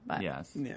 Yes